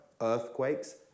Earthquakes